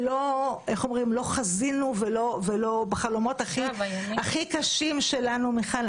שלא חזינו בחלומות הכי קשים שלנו ------ מיכל,